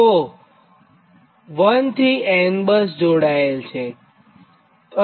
તો 1 થી n બસ જોડાયેલ છે